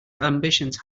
ambitions